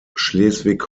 schleswig